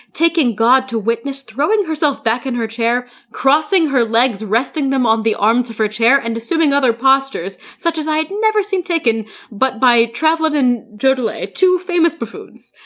taking god to witness, throwing herself back in her chair, crossing her legs, resting them on the arms of her chair and assuming other postures such as i had never seen taken but by travelin and jodelet, two famous buffoons.